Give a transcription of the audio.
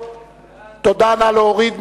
יוחנן פלסנר,